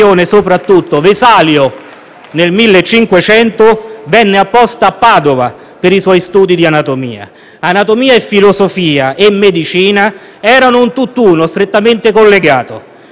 Vesalio, nel 1500, venne apposta a Padova per i suoi studi di anatomia. Anatomia, filosofia e medicina erano un tutt'uno, strettamente collegati,